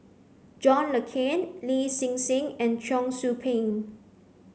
John Le Cain Lin Hsin Hsin and Cheong Soo Pieng